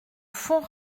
fond